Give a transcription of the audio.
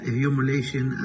humiliation